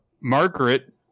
Margaret